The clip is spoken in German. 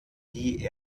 die